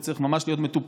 זה צריך ממש להיות מטופל,